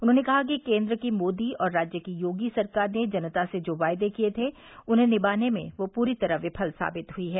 उन्होंने कहा कि केन्द्र की मोदी और राज्य की योगी सरकार ने जनता से जो वादे किये थे उन्हें निमाने में वह पूरी तरह विफल साबित हुई है